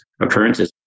occurrences